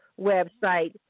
website